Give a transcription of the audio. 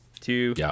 two